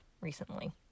recently